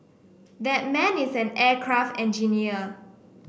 that man is an aircraft engineer